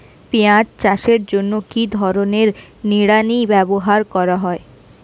পিঁয়াজ চাষের জন্য কি ধরনের নিড়ানি ব্যবহার করা হয়?